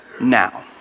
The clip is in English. now